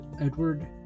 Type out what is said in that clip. Edward